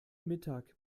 mittag